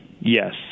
yes